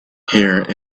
here